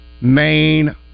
main